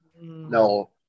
no